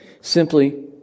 Simply